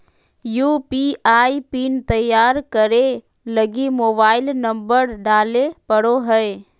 UPI PIN तैयार करे लगी मोबाइल नंबर डाले पड़ो हय